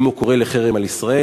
אם הוא קורא לחרם על ישראל,